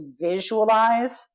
visualize